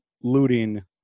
looting